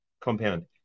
compound